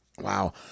Wow